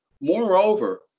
Moreover